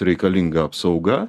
reikalinga apsauga